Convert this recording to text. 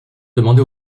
demander